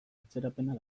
atzerapena